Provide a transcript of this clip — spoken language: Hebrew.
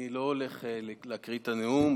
אני לא הולך להקריא את הנאום,